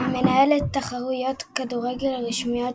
המנהל את תחרויות הכדורגל הרשמיות